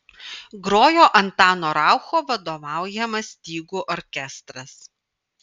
grojo antano raucho vadovaujamas stygų orkestras